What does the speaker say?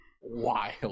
Wild